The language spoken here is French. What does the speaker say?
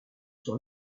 sur